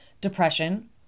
depression